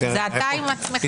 זה אתה עם עצמך.